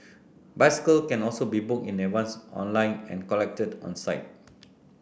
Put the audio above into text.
bicycle can also be booked in advance online and collected on site